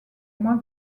moins